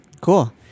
cool